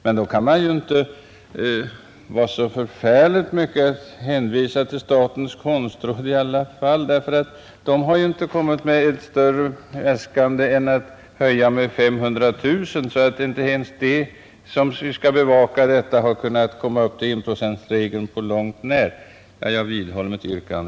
Men inte heller då kan man i särskilt hög grad hänvisa till statens konstråd, eftersom det ju inte har kommit med ett större äskande än en höjning med 500 000 kronor. Inte ens de som skall bevaka dessa intressen har alltså på långt när kunnat komma upp till enprocentsmålet. Herr talman! Jag vidhåller mitt yrkande.